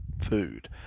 food